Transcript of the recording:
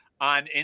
on